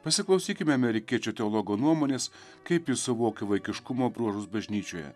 pasiklausykime amerikiečių teologo nuomonės kaip jis suvokė vaikiškumo bruožus bažnyčioje